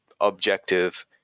objective